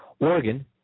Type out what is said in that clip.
Oregon